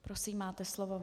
Prosím, máte slovo.